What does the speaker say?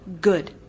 good